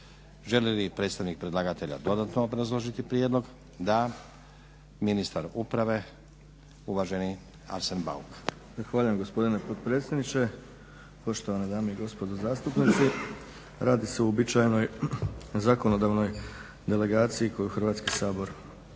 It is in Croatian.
Želi li predstavnik predlagatelja dodatno obrazložiti prijedlog? Da. Ministar uprave uvaženi Arsen Bauk. **Bauk, Arsen (SDP)** Zahvaljujem gospodine potpredsjedniče, poštovane dame i gospodo zastupnici. Radi se o uobičajenoj zakonodavnoj delegaciji koju Hrvatski sabor daje